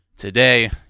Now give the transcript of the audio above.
Today